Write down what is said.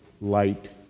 light